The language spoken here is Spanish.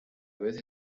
vez